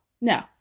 No